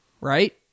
Right